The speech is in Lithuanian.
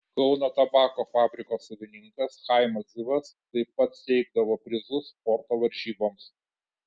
kauno tabako fabriko savininkas chaimas zivas taip pat steigdavo prizus sporto varžyboms